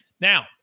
Now